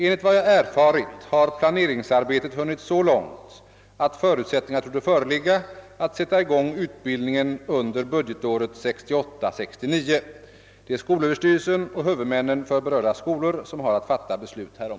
Enligt vad jag erfarit har planeringsarbetet hunnit så långt att förutsättningar torde föreligga att sätta i gång utbildningen under budgetåret 1968/69. Det är skolöverstyrelsen och huvudmännen för berörda skolor som har att fatta beslut härom.